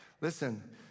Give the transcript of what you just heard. Listen